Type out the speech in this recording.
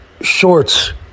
Shorts